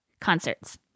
concerts